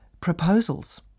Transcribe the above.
proposals